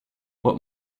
what